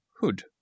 Hood